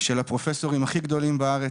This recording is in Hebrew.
של הפרופסורים הכי גדולים בארץ,